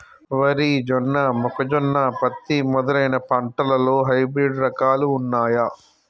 వరి జొన్న మొక్కజొన్న పత్తి మొదలైన పంటలలో హైబ్రిడ్ రకాలు ఉన్నయా?